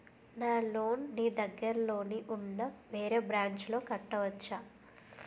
నా లోన్ నీ దగ్గర్లోని ఉన్న వేరే బ్రాంచ్ లో కట్టవచా?